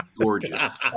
gorgeous